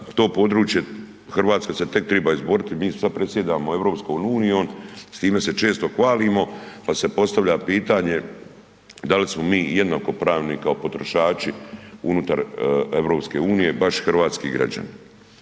to područje Hrvatska se tek triba izboriti. Mi sad predsjedamo EU, s time se često hvalimo pa se postavlja pitanje da li smo mi jednako pravni kao potrošači unutar EU, baš hrvatski građani.